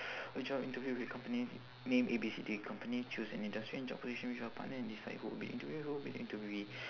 a job interview with company name A B C D company choose an industry and job position with your partner and decide who will be the interviewer who will be the interviewee